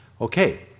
Okay